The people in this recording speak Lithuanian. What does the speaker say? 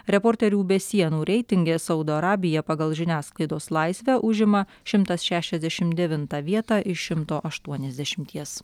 reporterių be sienų reitinge saudo arabija pagal žiniasklaidos laisvę užima šimtas šešiasdešim devintą vietą iš šimto aštuoniasdešimties